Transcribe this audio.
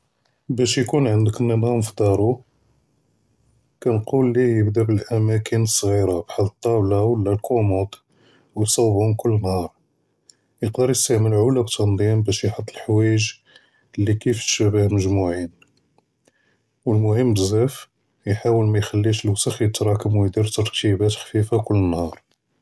בַּאש יְקוּן עַנְדְּכּ אֶלְנִּזָּאם פִּי דַּארוּ, כַּאַנּוּל לִיהּ יַבְּדֵא בְּאֶלְאַמָּאקְ סְגִ'ירַה בְּחַאל אֶלְטַּאבְּלָה וְלָא אֶלְקוּמוּד, וְצַאוּבְּהוּם כֻּל נְהַאר, יְקַּדַּר יִסְתַעְמַל עֻלַּב אֶלְתַּנְזִים בַּאש יְחֻטּ לְחַוַּאג' לִי כֵּיף שְׁבֵّه אֶלְמְגַ'מֻּעִין, וְאֶלְמֻהִימּ בְּזַאף יְחַאוּל מַא יְחַלִּיש אֶלְוּסְכּ יִתְרַאכַּם וְיַדִיר תַּרְתִּיבַאת חֻ'פִּيفָּה כֻּל נְהַאר.